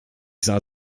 sah